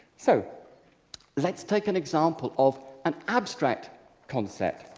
so let's take an example of an abstract concept.